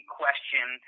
question